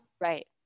right